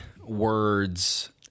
words